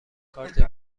کارت